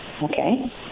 Okay